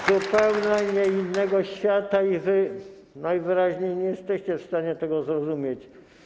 Z zupełnie innego świata i wy najwyraźniej nie jesteście w stanie tego zrozumieć.